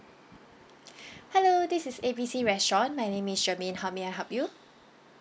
hello this is A B C restaurant my name is jermaine how may I help you